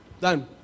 Done